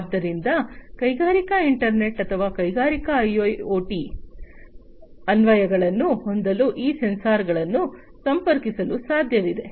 ಆದ್ದರಿಂದ ಕೈಗಾರಿಕಾ ಇಂಟರ್ನೆಟ್ ಅಥವಾ ಕೈಗಾರಿಕಾ ಐಒಟಿ ಅನ್ವಯಗಳನ್ನು ಹೊಂದಲು ಈ ಸೆನ್ಸಾರ್ಗಳನ್ನು ಸಂಪರ್ಕಿಸಲು ಸಾಧ್ಯವಿದೆ